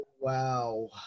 Wow